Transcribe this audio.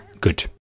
good